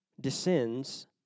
Descends